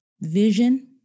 Vision